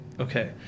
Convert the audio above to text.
Okay